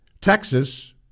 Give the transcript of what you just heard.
Texas